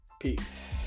Peace